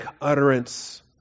utterance